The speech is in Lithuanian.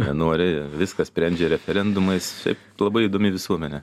nenori viską sprendžia referendumais ir labai įdomi visuomenė